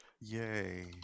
Yay